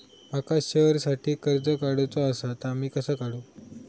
माका शेअरसाठी कर्ज काढूचा असा ता मी कसा काढू?